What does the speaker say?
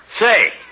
Say